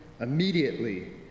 immediately